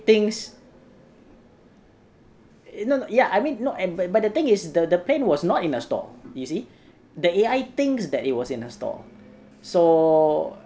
thinks no ya I mean not err but the thing is the the plane was not in a stall you see the A_I thinks that it was in a stall so